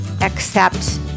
accept